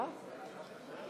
למה אתה מושך זמן?